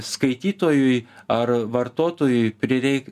skaitytojui ar vartotojui prireik